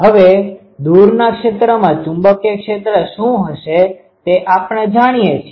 હવે દૂરના ક્ષેત્રમાં ચુંબકીય ક્ષેત્ર શું હશે તે આપણે જાણીએ છીએ